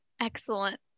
Excellent